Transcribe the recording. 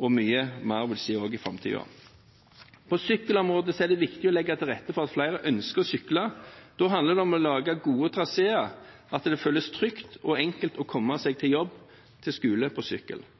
og mye mer vil skje i framtiden. På sykkelområdet er det viktig å legge til rette for at flere ønsker å sykle. Da handler det om å lage gode traseer, at det føles trygt og enkelt å komme seg til jobb og til skole på sykkel.